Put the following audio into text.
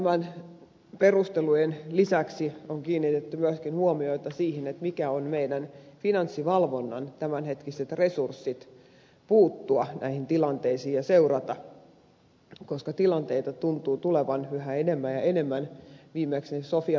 näiden perustelujen lisäksi on kiinnitetty huomiota myöskin siihen mitkä ovat meidän finanssivalvontamme tämänhetkiset resurssit puuttua näihin tilanteisiin ja seurata koska tilanteita tuntuu tulevan yhä enemmän ja enemmän viimeksi sofia pankki ja muut